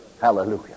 Hallelujah